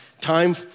time